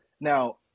Now